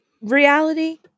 reality